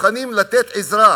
שמוכנים לתת עזרה